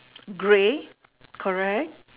grey correct